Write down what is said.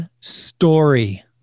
Story